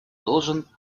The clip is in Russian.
должен